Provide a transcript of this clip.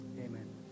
Amen